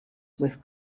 with